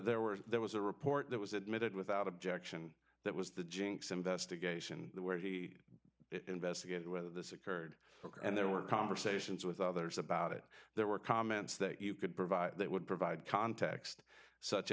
there were there was a report that was admitted without objection that was the jinx investigation where he investigated whether this occurred and there were conversations with others about it there were comments that you could provide that would provide context such